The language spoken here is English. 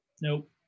Nope